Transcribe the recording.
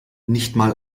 nichtmal